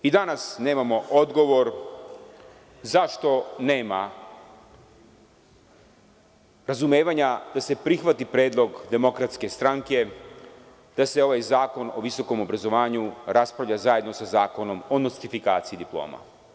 Danas nemamo odgovor zašto nema razumevanja da se prihvati predlog DS da se ovaj zakon o visokom obrazovanju raspravlja zajedno sa Zakonom o nostrifikaciji diploma.